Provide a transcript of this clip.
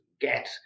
get